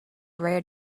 rare